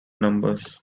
numbers